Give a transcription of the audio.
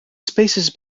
spaces